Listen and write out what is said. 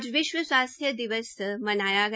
आज विश्व स्वास्थ्य दिवस मनाया गया